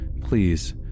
please